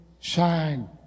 shine